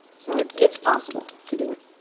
so it's it's possible to do it.